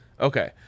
Okay